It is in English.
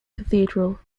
cathedral